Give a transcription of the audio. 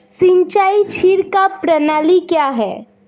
सिंचाई छिड़काव प्रणाली क्या है?